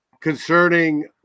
concerning